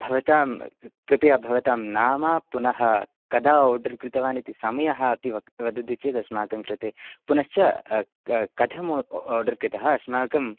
भवतां कृपया भवतां नाम पुनः कदा आर्डर् कृतवान् इति समयः अपि वदति चेत् अस्माकं कृते पुनश्च कथम् आर्डर् कृतः अस्माकं